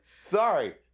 Sorry